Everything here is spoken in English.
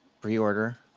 Pre-order